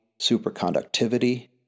superconductivity